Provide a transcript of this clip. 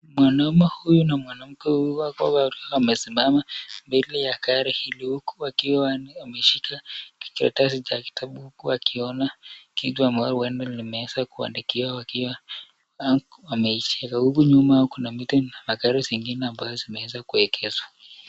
Mwanaume huyu na mwanamke huyu wakiwa wamesimama mbele ya gari hili huku wakiwa wameshika kikaratasi cha kitabu kuu wakiona kitu ama waliona limeza kuandikiwa wakiwa wameicheka. Huku nyuma kuna miti na magari zingine ambazo zimeweza kuegeshwa.